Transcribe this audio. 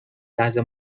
لحظه